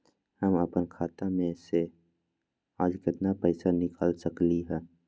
हम अपन खाता में से आज केतना पैसा निकाल सकलि ह?